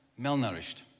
malnourished